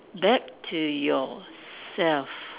back to yourself